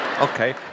Okay